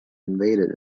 invaded